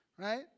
Right